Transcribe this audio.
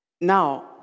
Now